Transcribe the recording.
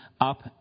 up